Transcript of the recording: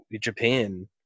Japan